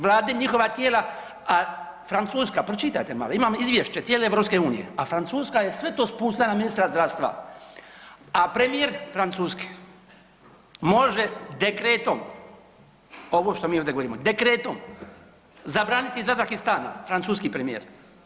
Vlade i njihova tijela, a Francuska pročitajte malo imam izvješće cijene EU, a Francuska je sve to spustila na ministra zdravstva, a premijer Francuski može dekretom ovo što mi ovdje govorimo, dekretom zabraniti izlazak iz stana, francuski premijer.